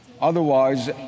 Otherwise